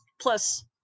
plus